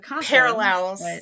parallels